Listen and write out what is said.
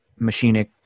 machinic